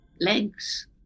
legs